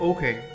Okay